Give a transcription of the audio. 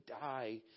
die